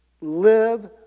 Live